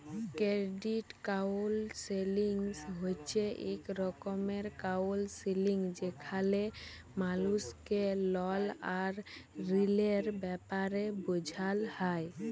credit counselling হছে ইক রকমের কাউলসেলিংযেখালে মালুসকে লল আর ঋলের ব্যাপারে বুঝাল হ্যয়